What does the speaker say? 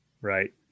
Right